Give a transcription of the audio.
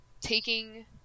taking